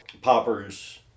Poppers